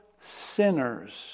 sinners